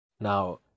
now